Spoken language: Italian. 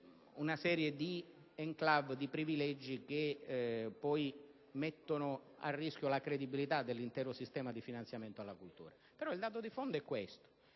una serie di *enclave*, di privilegi che poi mettono a rischio la credibilità dell'intero sistema di finanziamento alla cultura. Il dato di fondo, però,